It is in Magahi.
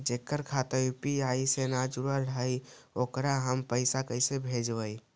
जेकर खाता यु.पी.आई से न जुटल हइ ओकरा हम पैसा कैसे भेजबइ?